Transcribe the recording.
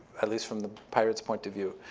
at least from the pirates' point of view.